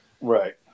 right